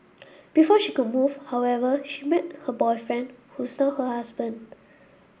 before she could move however she met her boyfriend who is now her husband